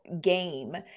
game